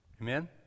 Amen